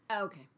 okay